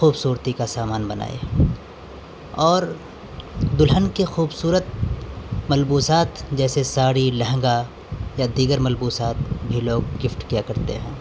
خوبصورتی کا سامان بنائے اور دلہن کے خوبصورت ملبوسات جیسے ساڑی لہنگا یا دیگر ملبوسات بھی لوگ گفٹ کیا کرتے ہیں